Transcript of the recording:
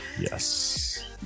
yes